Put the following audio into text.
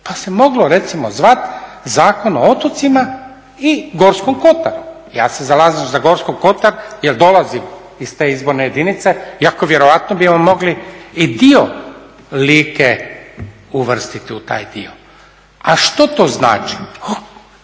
pa se moglo recimo zvati Zakon o otocima i Gorskom kotaru. Ja se zalažem za Gorski Kotar jer dolazim iz te izborne jedinice iako vjerojatno bi nam mogli i dio Like uvrstiti u taj dio. A što to znači?